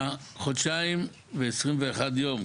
בחודשיים ו-21 ימים,